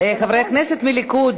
חברי הכנסת מהליכוד,